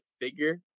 figure